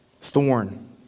thorn